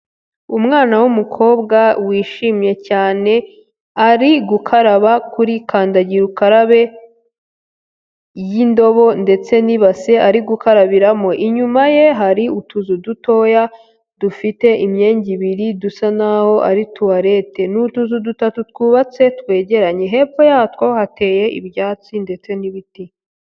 Umwana wumukobwa wishimye cyane ari gukaraba kuri kandagira ukarabe y'indobo ndetse n'ibase ari gukarabiramo, inyuma ye hari utuzu dutoya dufite imyenda ibiri dusa n'aho ari tuwarete. Ni utuzu dutatu twubatse twegeranye, hepfo yatwo hateye ibyatsi ndetse n'ibiti.